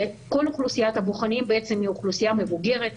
כל אוכלוסיית הבוחנים היא אוכלוסייה מבוגרת.